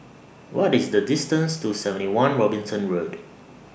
What IS The distance to seventy one Robinson Road